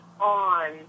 on